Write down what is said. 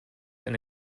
and